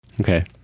Okay